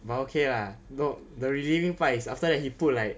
but okay lah no the relieving part is after that he put like